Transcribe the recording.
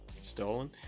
stolen